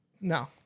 no